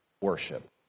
worship